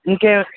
ఇంకే